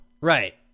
right